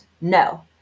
no